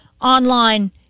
online